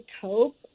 cope